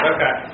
Okay